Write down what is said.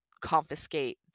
confiscate